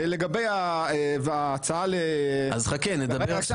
לגבי ההצעה --- אז חכה, נדבר ספציפית.